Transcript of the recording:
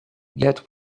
yet